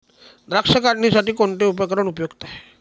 द्राक्ष काढणीसाठी कोणते उपकरण उपयुक्त आहे?